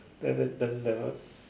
parents then never